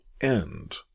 end